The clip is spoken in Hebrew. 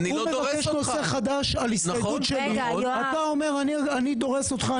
הוא מבקש נושא חדש על הסתייגות שלי ואתה אומר אני דורס אותך,